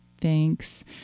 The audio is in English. Thanks